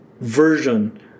version